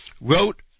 wrote